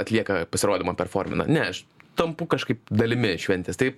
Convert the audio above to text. atlieka pasirodymą performina ne aš tampu kažkaip dalimi šventės tai